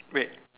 wait